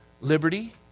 liberty